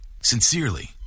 Sincerely